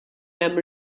hemm